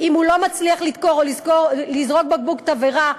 אם הוא לא מצליח לדקור או לזרוק בקבוק תבערה,